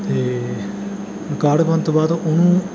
ਅਤੇ ਕਾਰਡ ਬਣਨ ਤੋਂ ਬਾਅਦ ਉਹਨੂੰ